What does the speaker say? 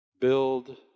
build